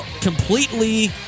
completely